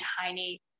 tiny